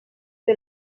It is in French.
que